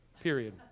period